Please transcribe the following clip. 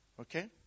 Okay